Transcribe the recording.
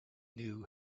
knew